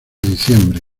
diciembre